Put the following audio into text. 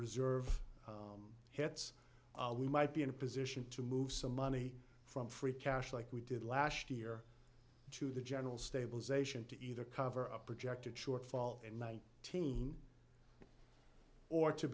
reserve hits we might be in a position to move some money from free cash like we did last year to the general stabilization to either cover a projected shortfall in nineteen or to